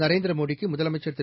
நரேந்திர மோடிக்கு முதலமைச்சர் திரு